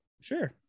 Sure